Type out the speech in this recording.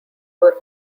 were